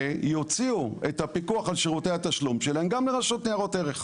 ויוציאו את הפיקוח על שירותי התשלום שלהם גם לרשות לניירות ערך.